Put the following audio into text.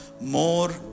more